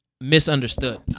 misunderstood